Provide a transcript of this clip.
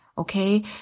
Okay